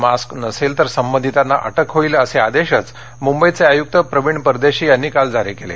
mask नसेल तर संबंधितांना अटक होईल असे आदेशच मुंबईचे आयुक्त प्रवीण परदेशी यांनी काल जारी केले